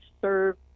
serve